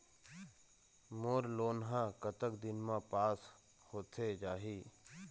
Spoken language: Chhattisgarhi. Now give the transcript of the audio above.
मोर लोन हा कतक दिन मा पास होथे जाही?